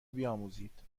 بیاموزید